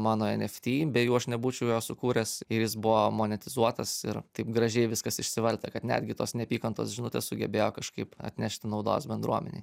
mano eft be jų aš nebūčiau jo sukūręs ir jis buvo monetizuotas ir taip gražiai viskas išsivartė kad netgi tos neapykantos žinutės sugebėjo kažkaip atnešti naudos bendruomenei